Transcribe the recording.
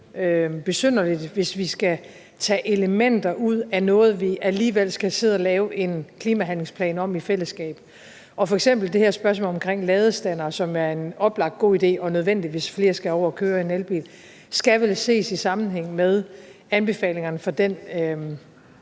besynderligt, hvis vi skal tage elementer ud af noget, som vi alligevel skal sidde og lave en klimahandlingsplan om i fællesskab. F.eks. skal det her spørgsmål omkring ladestandere, som er en oplagt god idé og nødvendigt, hvis flere skal over at køre i en elbil, vel ses i sammenhæng med anbefalingerne fra den